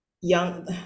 young